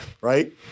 right